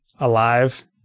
alive